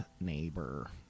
neighbor